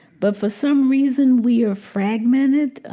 but for some reason we are fragmented.